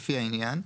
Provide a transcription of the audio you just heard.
לפי העניין,